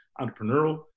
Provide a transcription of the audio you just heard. entrepreneurial